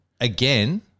Again